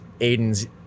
Aiden's